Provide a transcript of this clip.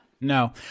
No